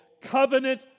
covenant